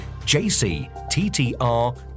JCTTR